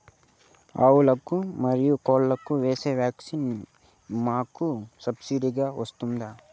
ఆవులకు, మరియు కోళ్లకు వేసే వ్యాక్సిన్ మాకు సబ్సిడి గా వస్తుందా?